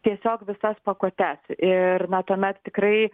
tiesiog visas pakuotes ir na tuomet tikrai